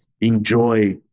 enjoy